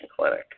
clinic